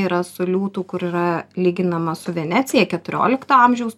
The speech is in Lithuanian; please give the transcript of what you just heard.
yra su liūtų kur yra lyginama su venecija keturiolikto amžiaus